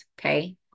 Okay